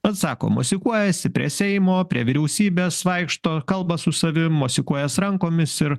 vat sako mosikuojasi prie seimo prie vyriausybės vaikšto kalba su savim mosikuojas rankomis ir